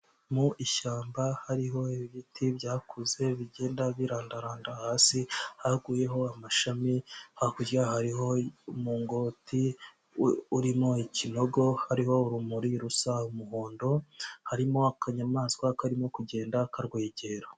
Mu ishyamba hariho ibiti byakuze bigenda birandaranda hasi haguyeho amashami, hakurya hariho umungoti urimo ikinogo, hariho urumuri rusa umuhondo, harimo akanyamaswa karimo kugenda karwegera.